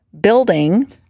building